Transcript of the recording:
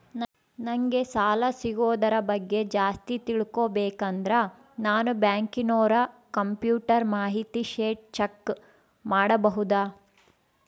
ನಂಗೆ ಸಾಲ ಸಿಗೋದರ ಬಗ್ಗೆ ಜಾಸ್ತಿ ತಿಳಕೋಬೇಕಂದ್ರ ನಾನು ಬ್ಯಾಂಕಿನೋರ ಕಂಪ್ಯೂಟರ್ ಮಾಹಿತಿ ಶೇಟ್ ಚೆಕ್ ಮಾಡಬಹುದಾ?